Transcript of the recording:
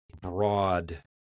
broad